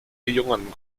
jungen